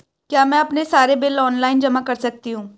क्या मैं अपने सारे बिल ऑनलाइन जमा कर सकती हूँ?